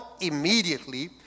immediately